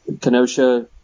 Kenosha